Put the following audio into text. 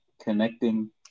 connecting